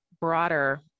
broader